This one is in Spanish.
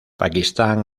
pakistán